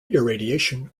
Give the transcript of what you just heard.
irradiation